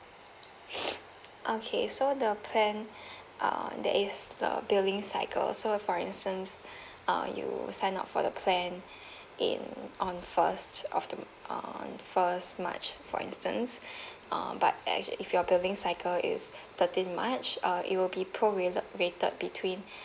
okay so the plan uh there is the billing cycle so for instance err you sign up for the plan in on first of the on first march for instance uh but actu~ if your billing cycle is thirteen march uh it will be pro rated rated between